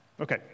Okay